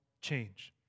change